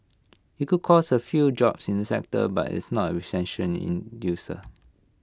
IT could cost A few jobs in the sector but it's not A recession inducer